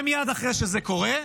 ומייד אחרי שזה קורה,